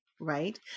right